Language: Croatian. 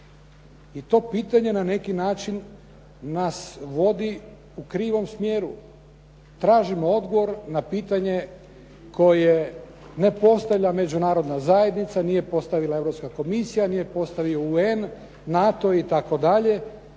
I to pitanje na neki način nas vodi u krivom smjeru. Tražimo odgovor na pitanje koje ne postavlja Međunarodna zajednica, nije postavila Europska komisija, nije postavio UN, NATO i